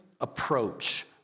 approach